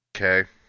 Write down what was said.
Okay